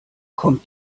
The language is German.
kommt